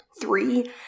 Three